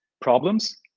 problems